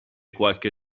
qualche